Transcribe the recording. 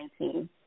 2019